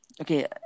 okay